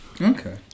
Okay